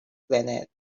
planet